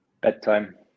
Bedtime